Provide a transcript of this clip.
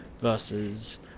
versus